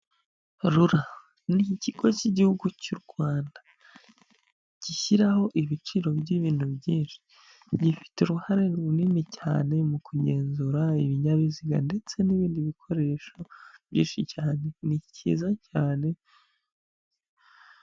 RURA ni ikigo cy'igihugu cy'u Rwanda gishyiraho ibiciro by'ibintu byinshi, gifite uruhare runini cyane mu kugenzura ibinyabiziga ndetse n'ibindi bikoresho byinshi cyane, ni cyiza cyane.